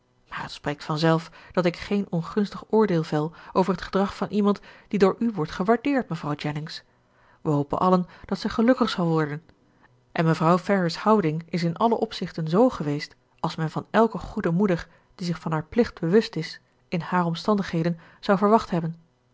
het spreekt vanzelf dat ik geen ongunstig oordeel vel over t gedrag van iemand die door u wordt gewaardeerd mevrouw jennings we hopen allen dat zij gelukkig zal worden en mevrouw ferrars houding is in alle opzichten z geweest als men van elke goede moeder die zich van haar plicht bewust is in hare omstandigheden zou verwacht hebben